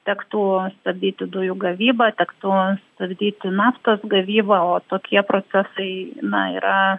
tektų stabdyti dujų gavybą tektų stabdyti naftos gavybą o tokie procesai na yra